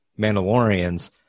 Mandalorians